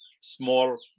small